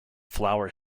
flower